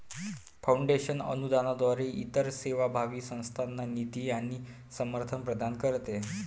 foundation अनुदानाद्वारे इतर सेवाभावी संस्थांना निधी आणि समर्थन प्रदान करते